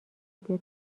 بیاد